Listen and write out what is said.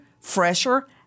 fresher